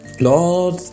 Lord